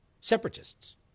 separatists